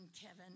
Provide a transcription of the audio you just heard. Kevin